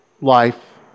Life